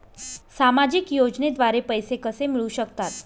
सामाजिक योजनेद्वारे पैसे कसे मिळू शकतात?